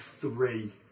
three